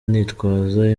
nitwaza